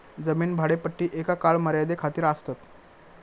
जमीन भाडेपट्टी एका काळ मर्यादे खातीर आसतात